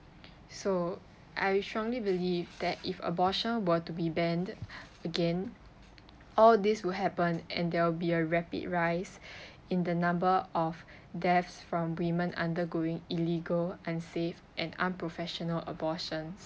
so I strongly believe that if abortion were to be banned again all this will happen and there will be a rapid rise in the number of deaths from women undergoing illegal unsafe and unprofessional abortions